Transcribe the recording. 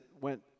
went